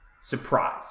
surprise